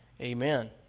Amen